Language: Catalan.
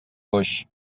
coix